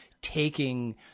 taking